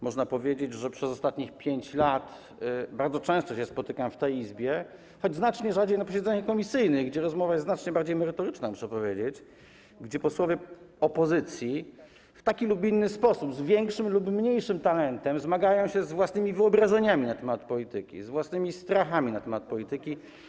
Można powiedzieć, że przez ostatnich 5 lat bardzo często spotykamy się w tej Izbie, choć znacznie rzadziej na posiedzeniu komisji, gdzie rozmowa jest zdecydowanie bardziej merytoryczna, muszę powiedzieć, gdzie posłowie opozycji w taki lub inny sposób, z większym lub mniejszym talentem zmagają się z własnymi wyobrażeniami na temat polityki, z własnymi strachami na temat polityki.